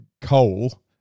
coal